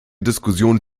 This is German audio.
diskussionen